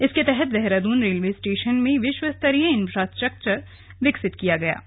इसके तहत Dehradun railway station में विश्वस्तरीय इन्फ्रास्ट्रक्चर विकसित किया जाएगा